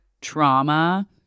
trauma